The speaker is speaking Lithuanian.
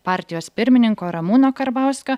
partijos pirmininko ramūno karbauskio